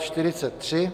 43.